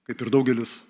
kaip ir daugelis